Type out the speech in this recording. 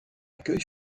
accueille